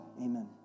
amen